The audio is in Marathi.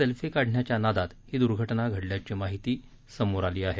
सेल्फी काढण्याच्या नादात ही दुर्घटना घडल्याची प्राथमिक माहीती समोर आली आहे